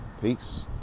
Peace